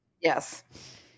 Yes